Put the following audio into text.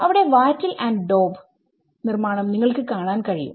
അവിടെ wattle and daub നിർമ്മാണം നിങ്ങൾക്ക് കാണാൻ കഴിയും